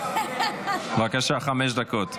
בבקשה, חמש דקות.